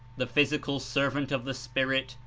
the physical servant of the spirit,